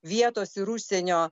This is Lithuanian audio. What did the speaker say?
vietos ir užsienio